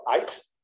eight